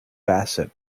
bassett